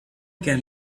can